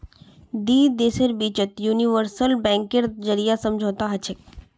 दी देशेर बिचत यूनिवर्सल बैंकेर जरीए समझौता हछेक